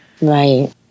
Right